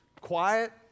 quiet